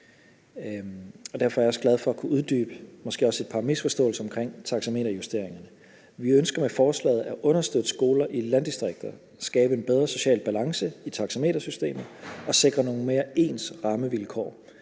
Derfor er jeg også glad for at kunne uddybe det og måske også et par af misforståelserne omkring taxameterjusteringerne. Vi ønsker med forslaget at understøtte skoler i landdistrikterne, skabe en bedre social balance i taxametersystemet og sikre nogle mere ens rammevilkår.